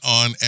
on